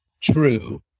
true